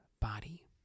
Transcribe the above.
body